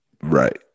Right